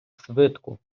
свитку